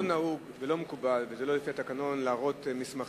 לא נהוג ולא מקובל וזה לא לפי התקנון להראות מסמכים.